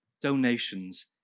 donations